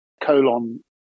colon